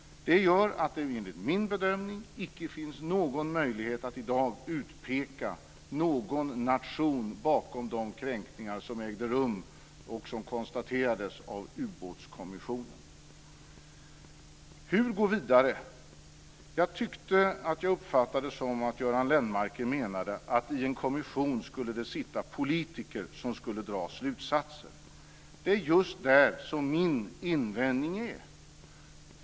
Det gör att det enligt min bedömning icke finns någon möjlighet att i dag utpeka någon nation bakom de kränkningar som ägde rum och som konstaterades av Ubåtskommissionen. Hur ska man gå vidare? Jag tyckte att jag uppfattade att Göran Lennmarker menade att det i en kommission skulle sitta politiker som skulle dra slutsatser. Det är just det som min invändning gäller.